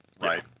Right